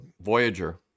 Voyager